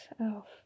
elf